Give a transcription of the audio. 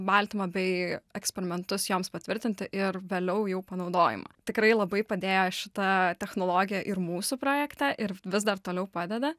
baltymą bei eksperimentus joms patvirtinti ir vėliau jau panaudojimą tikrai labai padėjo šita technologija ir mūsų projekte ir vis dar toliau padeda